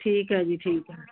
ਠੀਕ ਹੈ ਜੀ ਠੀਕ ਹੈ